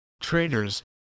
traders